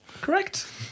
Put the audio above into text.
Correct